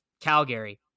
Calgary